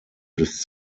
des